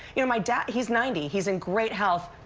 you know my dad, he's ninety. he's in great health,